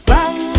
Bang